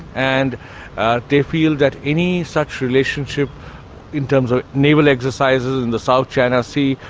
and they feel that any such relationship in terms of naval exercises in the south china sea,